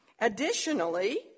Additionally